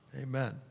Amen